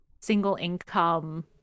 single-income